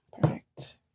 Perfect